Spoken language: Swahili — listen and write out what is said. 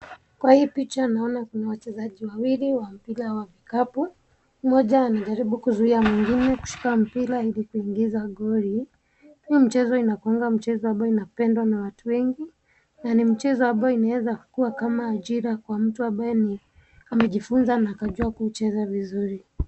Kwa hii picha naona kuna wachezaji wawili wa mpira wa kikapu. Mmoja anajaribu kuzuia mwingine kushika mpira ili kuingiza goli. Huu mchezo inakuanga mchezo ambayo inapendwa na watu wengi na ni mchezo ambayo imeweza kuwa kama ajira kwa mtu ambaye amejifunza na akajua kuucheza vizuri.